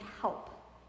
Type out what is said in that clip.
help